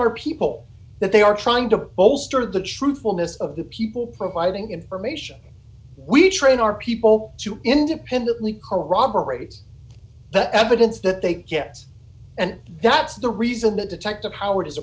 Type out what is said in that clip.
our people that they are trying to bolster the truthfulness of the people providing information we train our people to independently corroborate the evidence that they get and that's the reason that detective howard is